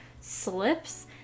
slips